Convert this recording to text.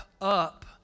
up